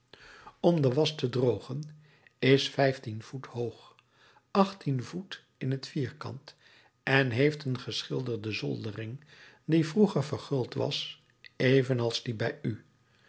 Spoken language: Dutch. om de wasch te drogen is vijftien voet hoog achttien voet in t vierkant en heeft een geschilderde zoldering die vroeger verguld was evenals die bij u